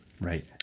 right